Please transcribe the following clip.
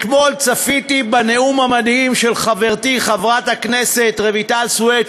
אתמול צפיתי בנאום המדהים של חברתי חברת הכנסת רויטל סויד,